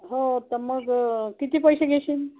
हो त मग किती पैसे घेशीन